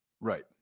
Right